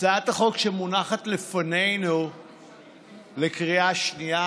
הצעת החוק שמונחת לפנינו לקריאה שנייה